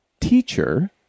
teacher